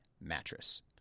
mattress